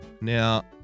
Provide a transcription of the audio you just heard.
Now